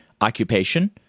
occupation